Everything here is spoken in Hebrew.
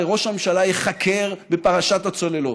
הרי ראש הממשלה ייחקר בפרשת הצוללות,